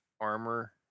armor